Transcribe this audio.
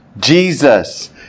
Jesus